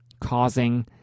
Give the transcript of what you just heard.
causing